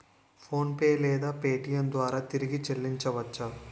PhonePe లేదా Paytm ద్వారా తిరిగి చల్లించవచ్చ?